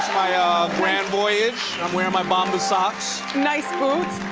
my ah grand voyage. i'm wearing my bomba socks. nice boots.